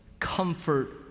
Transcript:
Comfort